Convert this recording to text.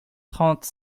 trente